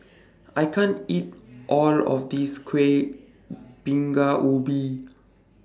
I can't eat All of This Kuih Bingka Ubi